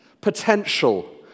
Potential